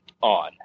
on